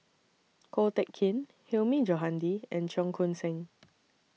Ko Teck Kin Hilmi Johandi and Cheong Koon Seng